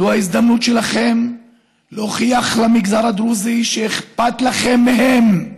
זאת ההזדמנות שלכם להוכיח למגזר הדרוזי שאכפת לכם מהם.